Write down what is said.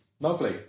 Lovely